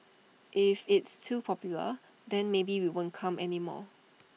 if it's too popular then maybe we won't come anymore